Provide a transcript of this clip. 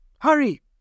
Hurry